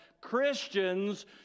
Christians